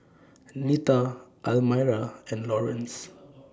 Nita Almyra and Laurence